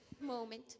moment